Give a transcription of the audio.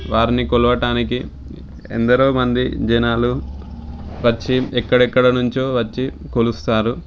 వారిని కొలవటానికి ఎందరో మంది జనాలు వచ్చి ఎక్కడెక్కడ నుంచి వచ్చి కొలుస్తారు